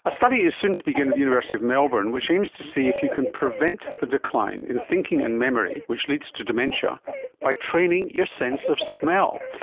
a study is soon to begin at the university of melbourne which aims to see if you can prevent the decline in thinking and memory which leads to dementia by training your sense of smell.